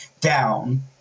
down